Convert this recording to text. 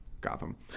gotham